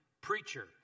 preacher